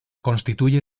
constituye